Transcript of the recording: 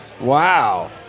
Wow